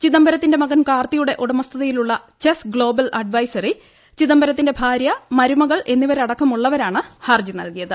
ചിദംബരത്തിന്റെ മകൻ കാർത്തിയുടെ ഉടമസ്ഥതയിലുള്ള ചെസ് ഗ്ലോബൽ അഡ്വൈസറി ചിദംബരത്തിന്റെ ഭാര്യ മരുമകൾ എന്നിവരടക്കമുള്ളവരാണ് ഹർജി നൽകിയത്